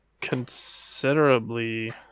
considerably